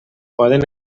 poden